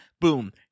boom